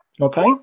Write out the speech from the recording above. Okay